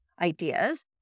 ideas